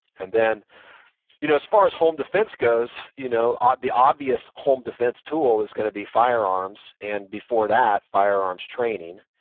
and then you know as far as home defense goes, you know ah the obvious home defense tool is gonna be firearms and before that firearms training.